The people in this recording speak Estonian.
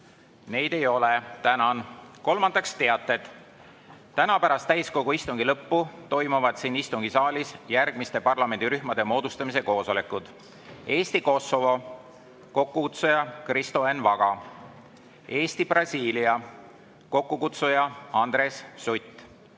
Neid ei ole. Tänan! Kolmandaks, teated. Täna pärast täiskogu istungi lõppu toimuvad siin istungisaalis järgmiste parlamendirühmade moodustamise koosolekud: Eesti-Kosovo, kokkukutsuja Kristo Enn Vaga; Eesti-Brasiilia, kokkukutsuja Andres Sutt;